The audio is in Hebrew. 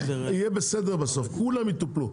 יהיה בסדר בסוף, כולם יטופלו.